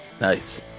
Nice